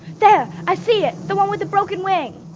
there, i see it. the one with the broken wing.